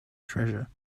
treasure